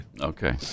Okay